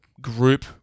group